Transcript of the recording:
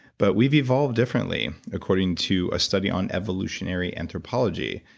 but we've evolved differently according to a study on evolutionary anthropology.